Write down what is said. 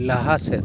ᱞᱟᱦᱟ ᱥᱮᱫ